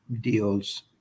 deals